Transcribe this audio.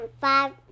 Five